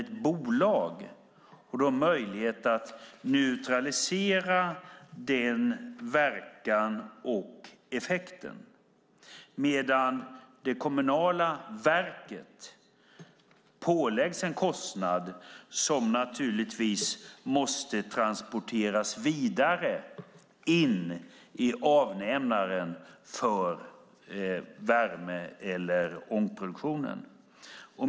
Ett bolag har möjlighet att neutralisera den effekten, medan det kommunala verket påläggs en kostnad som naturligtvis måste transporteras vidare till avnämaren för värme eller ångproduktionen.